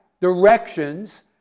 directions